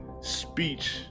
speech